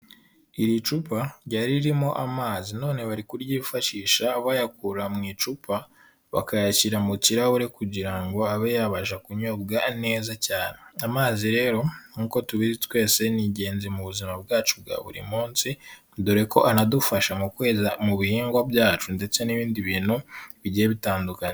Iri cupa ryari ririmo amazi none bari kuryifashisha bayakura mu icupa, bakayashyira mu kirahure kugira ngo abe yabasha kunyobwa neza cyane, amazi rero nk'uko tubizi twese ni ingenzi mu buzima bwacu bwa buri munsi, dore ko anadufasha mu kweza mu bihingwa byacu ndetse n'ibindi bintu bigiye bitandukanye.